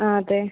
ആ അതെ